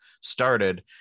started